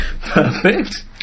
Perfect